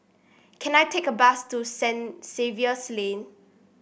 can I take a bus to Saint Xavier's Lane